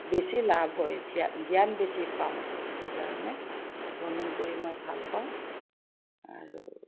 বেছি লাভ হয় জ্ঞান বেছি পাওঁ সেইকাৰণে ভ্ৰমণ কৰি মই ভালপাওঁ আৰু